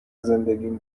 زندگیم